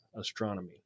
astronomy